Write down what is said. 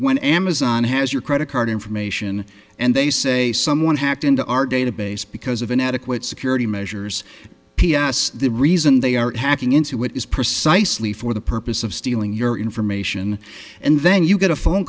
when amazon has your credit card information and they say someone hacked into our database because of inadequate security measures p s the reason they are hacking into it is precisely for the purpose of stealing your information and then you get a phone